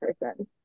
person